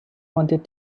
wanted